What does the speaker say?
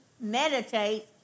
meditate